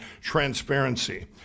transparency